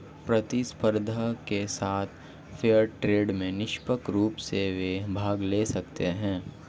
प्रतिस्पर्धा के साथ फेयर ट्रेड में निष्पक्ष रूप से वे भाग ले सकते हैं